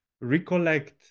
recollect